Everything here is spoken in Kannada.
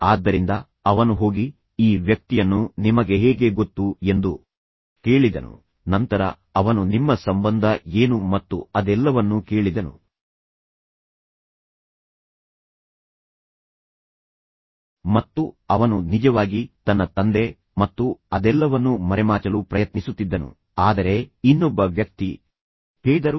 ಆದ್ದರಿಂದ ಅವನು ಹೋಗಿ ಈ ವ್ಯಕ್ತಿಯನ್ನು ನಿಮಗೆ ಹೇಗೆ ಗೊತ್ತು ಎಂದು ಕೇಳಿದನು ನಂತರ ಅವನು ನಿಮ್ಮ ಸಂಬಂಧ ಏನು ಮತ್ತು ಅದೆಲ್ಲವನ್ನೂ ಕೇಳಿದನು ಮತ್ತು ಅವನು ನಿಜವಾಗಿ ತನ್ನ ತಂದೆ ಮತ್ತು ಅದೆಲ್ಲವನ್ನೂ ಮರೆಮಾಚಲು ಪ್ರಯತ್ನಿಸುತ್ತಿದ್ದನು ಆದರೆ ಇನ್ನೊಬ್ಬ ವ್ಯಕ್ತಿ ಹೇಳಿದರು